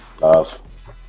Love